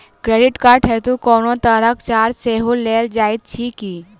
Credit card हेतु कोनो तरहक चार्ज सेहो लेल जाइत अछि की?